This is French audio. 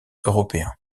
européens